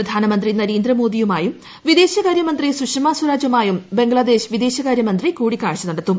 പ്രധാനമന്ത്രി നരേന്ദ്രമോദിയുമായും വിദേശകാര്യമന്ത്രി സുഷമ സ്വരാജുമായും ബംഗ്ലാദേശ് വിദേശകാരൃമന്ത്രി കൂടിക്കാഴ്ച നടത്തും